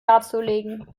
darzulegen